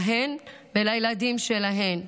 להן ולילדים שלהן.